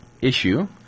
issue